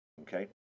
okay